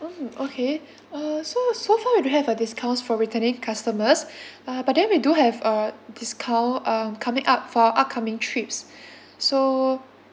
mm okay uh so so far we don't have a discounts for returning customers uh but then we do have a discount uh coming up for upcoming trips so